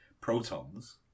protons